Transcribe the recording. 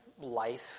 life